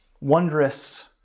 wondrous